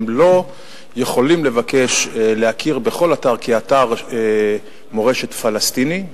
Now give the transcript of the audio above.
הם לא יכולים להכיר בכל אתר כאתר מורשת פלסטיני,